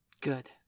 Good